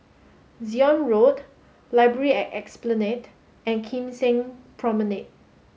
Zion Road Library at Esplanade and Kim Seng Promenade